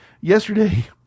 Yesterday